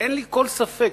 אין לי כל ספק,